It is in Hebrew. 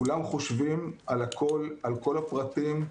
כולם חושבים על הכול, על כל הפרטים,